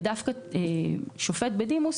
דווקא שופט בדימוס